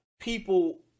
People